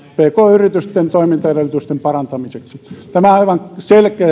yritysten toimintaedellytysten parantamiseksi tämä on aivan selkeä